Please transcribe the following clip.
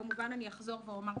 כמובן שאני אחזור ואומר,